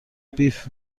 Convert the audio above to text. بیف